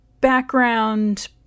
background